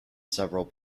several